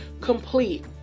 complete